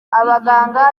abaganga